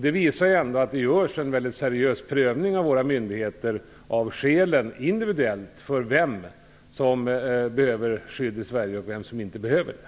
Det visar ändå att våra myndigheter gör en seriös prövning av skälen individuellt, en prövning av vem som behöver skydd i Sverige och vem som inte behöver det.